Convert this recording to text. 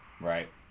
Right